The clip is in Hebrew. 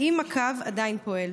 2. האם הקו עדיין פועל?